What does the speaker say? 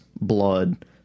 blood